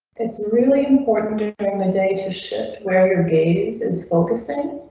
it's really important to bring the data ship where your gaze is focusing.